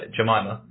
Jemima